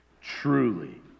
truly